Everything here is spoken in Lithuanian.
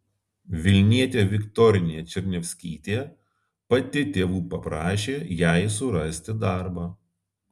vilnietė viktorija černiavskytė pati tėvų paprašė jai surasti darbą